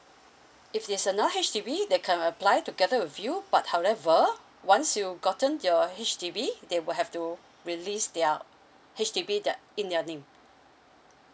if it is not H_D_B they can applied together with you but however once you gotten your H_D_B they will have to release their H_D_B that in their name